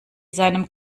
seinem